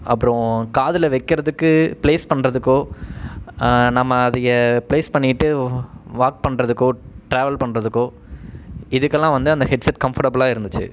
அப்புறம் காதில் வைக்கிறதுக்கு பிளேஸ் பண்ணுறதுக்கோ நம்ம அதையே பிளேஸ் பண்ணிட்டு வாக் பண்ணுறதுக்கோ ட்ராவல் பண்ணுறதுக்கோ இதுக்கெல்லாம் வந்து அந்த ஹெட்செட் கம்ஃபர்ட்டபுளாக இருந்துச்சு